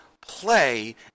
play